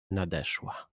nadeszła